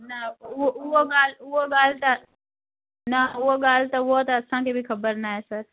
न उहो उहो ॻाल्हि उहो ॻाल्हि त न उहो ॻाल्हि त उहो त असांखे बि ख़बरु न आहे सर